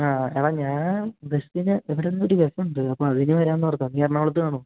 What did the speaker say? ആ എടാ ഞാൻ ബസ്സിന് ഇവിടുന്നൊരു ബസ്സ് ഉണ്ട് അപ്പം അതിന് വരാമെന്നോർത്താ നീ എറണാകുളത്ത് കാണുമോ